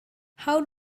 how